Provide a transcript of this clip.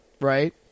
Right